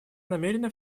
намерена